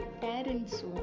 parents